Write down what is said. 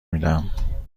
میدم